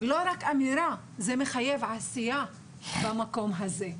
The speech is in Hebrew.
לא רק אמירה, זה מחייב עשייה במקום הזה.